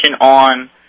on